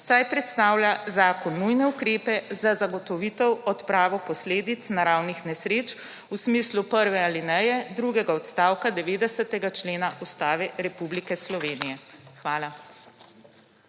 saj predstavlja zakon nujne ukrepe za zagotovitev odprave posledic naravnih nesreč v smislu prve alineje drugega odstavka 90. člena Ustave Republike Slovenije. Hvala.